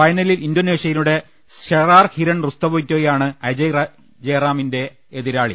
ഫൈൻലിൽ ഇൻഡോനേഷ്യയുടെ Shesar Hiren റുസ്തവിറ്റോയാണ് അജയ്ജയറാമിന്റെ എതിരാളി